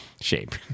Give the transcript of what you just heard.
shape